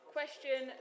Question